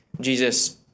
Jesus